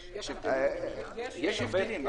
יש הבדלים,